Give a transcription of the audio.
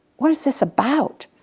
what is this about?